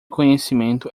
conhecimento